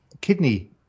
kidney